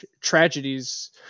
tragedies